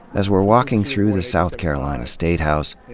as we're walking through the south carolina statehouse,